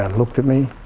and looked at me,